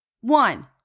One